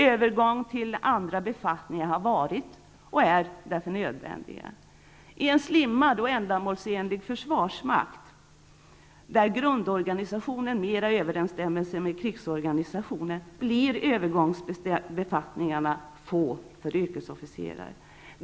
Övergång till andra befattningar har varit och är därför nödvändiga. I en slimmad och ändamålsenlig försvarsmakt, där grundorganisationen mera överensstämmer med krigsorganisationen, blir övergångsbefattningarna få för yrkesofficerare.